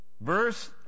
Verse